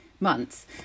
months